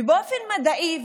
ובאופן מדעי,